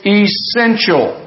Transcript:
essential